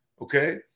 okay